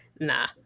nah